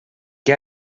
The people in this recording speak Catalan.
què